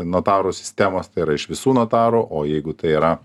notarų sistemos tai yra iš visų notarų o jeigu tai yra